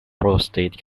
prostate